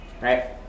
Right